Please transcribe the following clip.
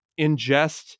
ingest